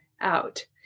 out